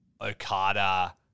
Okada